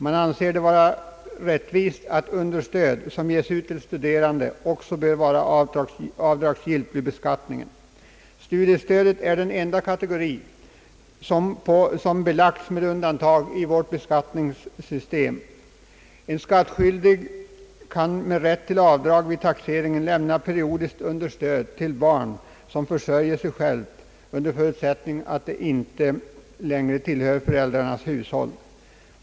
Man anser det vara rättvist, att understöd som ges till studerande också bör vara avdragsgillt vid beskatiningen. Studiestödet är den enda kategori understöd för vilket avdrag inte får göras i vårt beskattningssystem. En skattskyldig kan med rätt till avdrag vid taxeringen lämna periodiskt understöd till barn, som försörjer sig självt, under förutsättning att det inte längre tillhör föräldrarnas hushåll.